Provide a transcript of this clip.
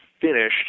finished